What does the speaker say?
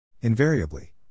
Invariably